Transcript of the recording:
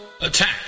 Attack